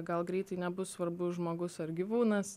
gal greitai nebus svarbu žmogus ar gyvūnas